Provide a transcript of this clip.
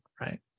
right